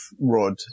Rod